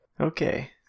Okay